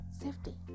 safety